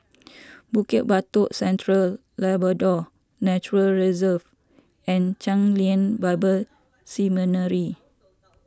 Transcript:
Bukit Batok Central Labrador Nature Reserve and Chen Lien Bible Seminary